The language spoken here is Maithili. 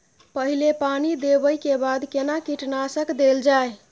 पहिले पानी देबै के बाद केना कीटनासक देल जाय?